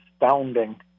astounding